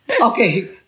Okay